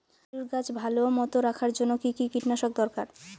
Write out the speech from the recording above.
আলুর গাছ ভালো মতো রাখার জন্য কী কী কীটনাশক দরকার?